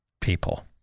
people